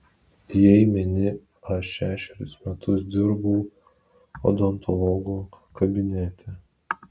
jei meni aš šešerius metus dirbau odontologo kabinete